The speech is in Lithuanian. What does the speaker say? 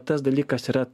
tas dalykas yra